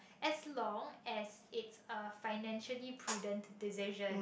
as long as it's a financial burden decision